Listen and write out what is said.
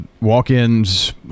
walk-ins